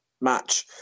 match